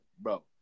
Bro